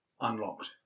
unlocked